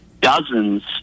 dozens